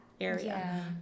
area